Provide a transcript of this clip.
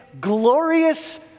glorious